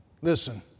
Listen